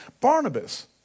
Barnabas